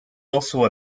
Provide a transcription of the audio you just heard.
also